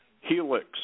helix